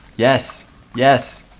yes yes